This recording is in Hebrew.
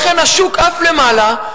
לכן השוק עף למעלה,